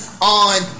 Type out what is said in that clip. on